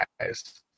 guys